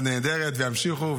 עושים עבודה נהדרת, וימשיכו.